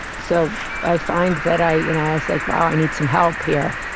so i find that i you know i was like, wow, i need some help here.